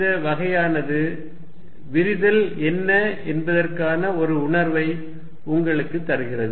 இந்த வகையானது விரிதல் என்ன என்பதற்கான ஒரு உணர்வை உங்களுக்குத் தருகிறது